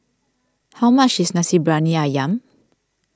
how much is Nasi Briyani Ayam